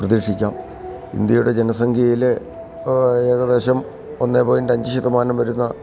പ്രതീക്ഷിക്കാം ഇന്ത്യയുടെ ജനസംഖ്യയിലെ ഏകദേശം ഒന്ന് പോയിന്റ് അഞ്ച് ശതമാനം വരുന്ന